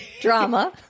drama